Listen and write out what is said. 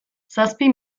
zazpi